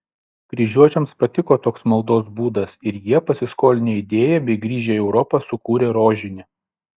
kryžiuočiams patiko toks maldos būdas ir jie pasiskolinę idėją bei grįžę į europą sukūrė rožinį